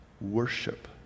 worship